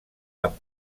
amb